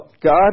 God